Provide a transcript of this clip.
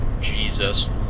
Jesus